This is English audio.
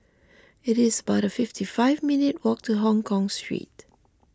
it is about fifty five minutes' walk to Hongkong Street